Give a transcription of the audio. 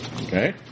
okay